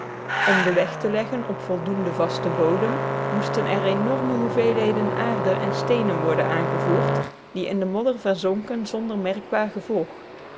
om den weg te leggen op voldoend vasten bodem moesten er enorme hoeveelheden aarde en steenen worden aangevoerd die in de modder verzonken zonder merkbaar gevolg